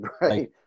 Right